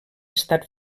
estat